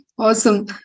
Awesome